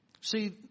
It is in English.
See